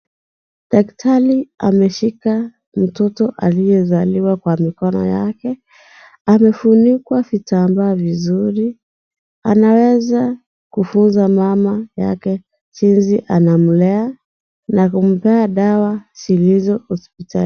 Daktari ameshika mtoto aliyezaliwa kwa mikono yake, amefunikwa kitambaa vizuri, anaweza kufunza mama yake jinsi anamlea na kumpea dawa zilizo hospitalini.